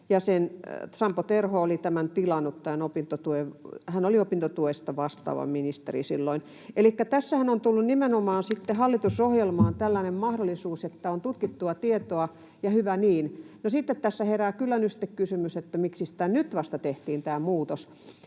Sampo Terho oli tämän tilannut, hän oli opintotuesta vastaava ministeri silloin. Elikkä tässähän on nimenomaan tullut hallitusohjelmaan tällainen mahdollisuus, että on tutkittua tietoa, ja hyvä niin. No sitten tässä herää kyllä nyt sitten kysymys, että miksi tämä muutos